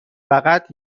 فقط